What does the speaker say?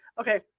Okay